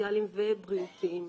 סוציאליים ובריאותיים.